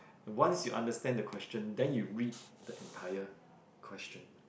once you understand the question then you read the entire question